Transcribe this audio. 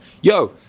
Yo